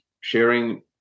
sharing